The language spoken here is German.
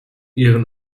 ihren